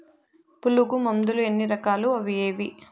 పులుగు మందులు ఎన్ని రకాలు అవి ఏవి?